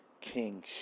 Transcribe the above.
king